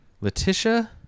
letitia